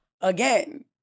again